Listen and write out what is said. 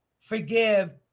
Forgive